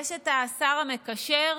יש את השר המקשר,